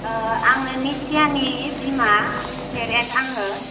आङो निथियानि बिमा फेरेन्थ आङो